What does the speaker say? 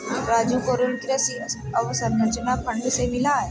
राजू को ऋण कृषि अवसंरचना फंड से मिला है